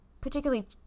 particularly